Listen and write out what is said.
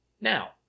Now